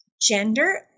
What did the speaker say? gender